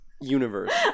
universe